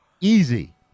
Easy